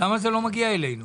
למה זה לא מגיע אלינו?